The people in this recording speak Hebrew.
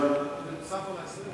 נוסף על ה-20?